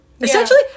Essentially